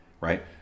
right